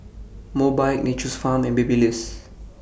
Mobike Nature's Farm and Babyliss